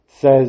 says